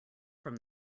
from